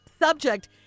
Subject